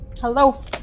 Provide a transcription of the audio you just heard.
hello